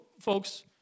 folks